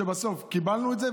ובסוף קיבלנו את זה,